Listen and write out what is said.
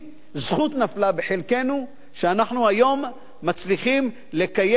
זכות נפלה בחלקנו שאנחנו היום מצליחים לקיים את